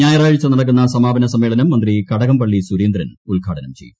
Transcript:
ഞായറാഴ്ച നടക്കുന്ന സമാപന സമ്മേളനം മന്ത്രി കടകംപള്ളി സുരേന്ദ്രൻ ഉദ്ഘാടനം ചെയ്യും